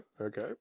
okay